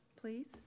please